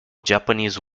japanese